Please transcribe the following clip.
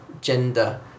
gender